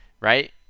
right